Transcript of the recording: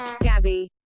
Gabby